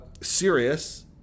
serious